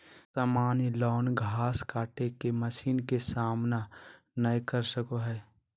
सामान्य लॉन घास काटे के मशीन के सामना नय कर सको हइ